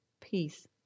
peace